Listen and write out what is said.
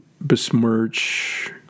besmirch